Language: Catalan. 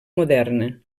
moderna